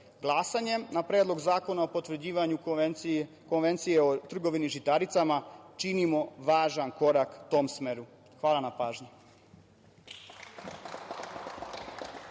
selu. Glasanjem za Predlog zakona o potvrđivanju Konvencije o trgovini žitaricama činimo važan korak u tom smeru. Hvala na pažnji.